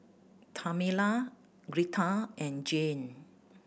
Tamela Gretta and Jayne